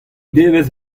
devezh